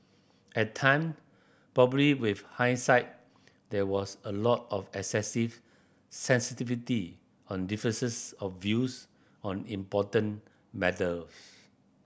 at time probably with hindsight there was a lot of excessive sensitivity on differences of views on important matters